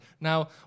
Now